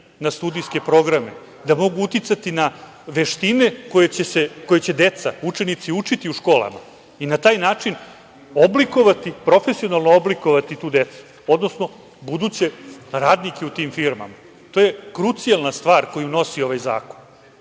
na studijske programe, da mogu uticati na veštine, koje će deca, učenici učiti u školama i na taj način oblikovati, profesionalno oblikovati tu decu, odnosno buduće radnike u tim firmama. To je krucijalna stvar koju nosi ovaj